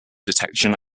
detection